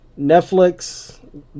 Netflix